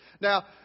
now